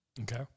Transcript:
Okay